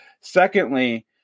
Secondly